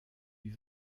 jour